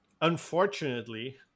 unfortunately